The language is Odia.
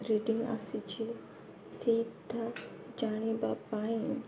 ରିଡ଼ିଙ୍ଗ ଆସିଛି ସେଇଟା ଜାଣିବା ପାଇଁ